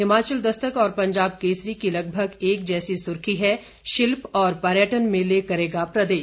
हिमाचल दस्तक और पंजाब केसरी की लगभग एक जैसी सुर्खी है शिल्प और पर्यटन मेले करेगा प्रदेश